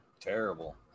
terrible